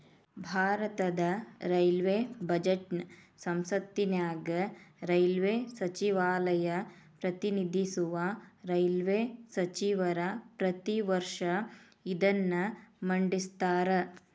ಭಾರತದ ರೈಲ್ವೇ ಬಜೆಟ್ನ ಸಂಸತ್ತಿನ್ಯಾಗ ರೈಲ್ವೇ ಸಚಿವಾಲಯ ಪ್ರತಿನಿಧಿಸುವ ರೈಲ್ವೇ ಸಚಿವರ ಪ್ರತಿ ವರ್ಷ ಇದನ್ನ ಮಂಡಿಸ್ತಾರ